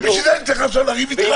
ובשביל זה אני צריך עכשיו לריב איתך?